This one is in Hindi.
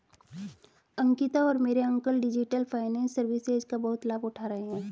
अंकिता और मेरे अंकल डिजिटल फाइनेंस सर्विसेज का बहुत लाभ उठा रहे हैं